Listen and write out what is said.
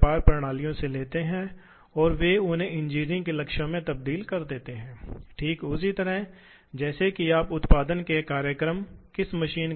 बहुत सरल है यह सिर्फ स्पिंडल ड्राइव मोटर के शाफ्ट से जुड़ा है इसलिए मोटर मिलिंग के मामले में टूल को घुमाता है या मोड़ के मामले में या चक में काम का टुकड़ा घूमेगा यह बहुत सरल है